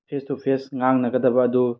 face to face ꯉꯥꯡꯅꯒꯗꯕ ꯑꯗꯨ